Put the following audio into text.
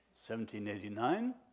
1789